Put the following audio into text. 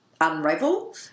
unravel